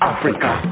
Africa